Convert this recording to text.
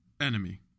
Enemy